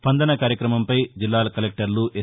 స్పందన కార్యక్రమంపై జిల్లాల కలెక్టర్లు ఎస్